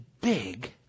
big